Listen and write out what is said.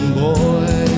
boy